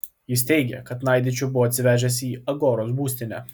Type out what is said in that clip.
jis teigė kad naidičių buvo atsivežęs į agoros būstinę